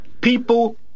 people